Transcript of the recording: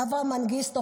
אברה מנגיסטו,